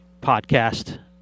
podcast